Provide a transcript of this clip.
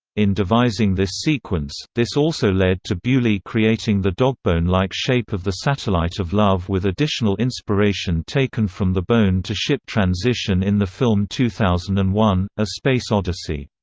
in devising this sequence, this also led to beaulieu creating the dogbone-like shape of the satellite of love with additional inspiration taken from the bone-to-ship transition in the film two thousand and one a space odyssey.